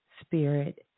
spirit